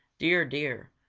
dear, dear,